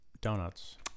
donuts